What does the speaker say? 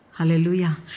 Hallelujah